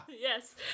Yes